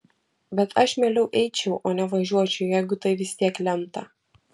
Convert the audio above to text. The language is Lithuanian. bet aš mieliau eičiau o ne važiuočiau jeigu tai vis tiek lemta